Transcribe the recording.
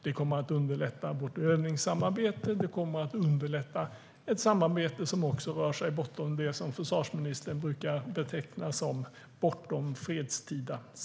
Det kommer att underlätta vårt övningssamarbete, och det kommer att underlätta samarbete i scenarier bortom fredstida förhållanden, som försvarsministern brukar beteckna det.